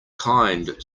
kind